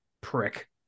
prick